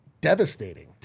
devastating